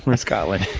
or scotland.